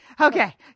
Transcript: Okay